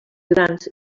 grans